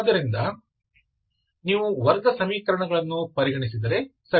ಆದ್ದರಿಂದ ನೀವು ವರ್ಗ ಸಮೀಕರಣಗಳನ್ನು ಪರಿಗಣಿಸಿದರೆ ಸರಿ